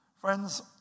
Friends